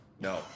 No